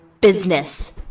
business